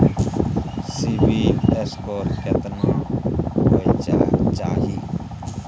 CIBIL score केतना होय चाही?